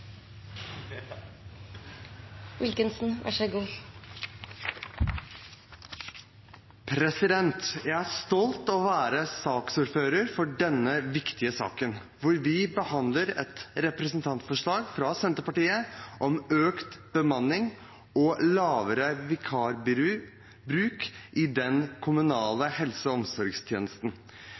stolt av å være ordfører for denne viktige saken, hvor vi behandler et representantforslag fra Senterpartiet om økt bemanning og lavere vikarbruk i den kommunale helse- og omsorgstjenesten.